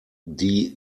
die